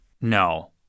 No